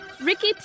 Ricky